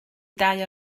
dau